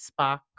spock